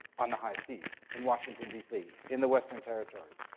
on the high seas, in washington, d c, in the western territories,